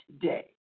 today